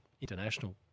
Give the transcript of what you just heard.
international